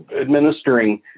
administering